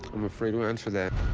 i'm afraid to answer that.